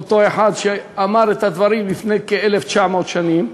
אותו אחד שאמר את הדברים לפני כ-1,900 שנים,